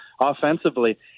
offensively